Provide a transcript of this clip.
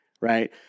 right